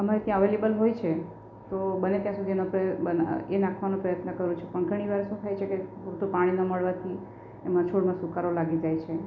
અમારે ત્યાં અવેલેબલ હોય છે તો બને ત્યાં સુધી એનો એ નાખવાનો પ્રયત્ન કરું છું પણ ઘણીવાર શું થાય છે કે પૂરતું પાણી ન મળવાથી એમાં છોડમાં સુકારો લાગી જાય છે